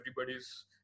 everybody's